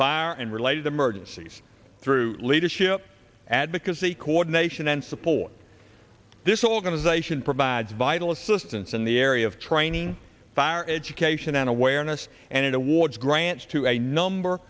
fire and related emergencies through leadership advocacy coordination and support this organization provides vital assistance in the area of training fire education and awareness and it awards grants to a number